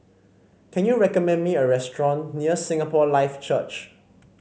can you recommend me a restaurant near Singapore Life Church